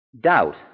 Doubt